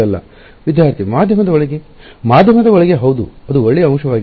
ವಿದ್ಯಾರ್ಥಿ ಮಾಧ್ಯಮದ ಒಳಗೆ ಮಧ್ಯಮ ಒಳಗೆ ಹೌದು ಅದು ಒಳ್ಳೆಯ ಅಂಶವಾಗಿದೆ